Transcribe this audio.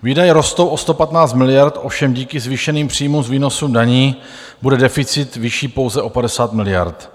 Výdaje rostou o 115 miliard, ovšem díky zvýšeným příjmům z výnosu daní bude deficit vyšší pouze o 50 miliard.